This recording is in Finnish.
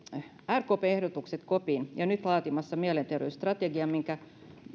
rkpn ehdotuksesta kopin ja on nyt laatimassa mielenterveysstrategian minkä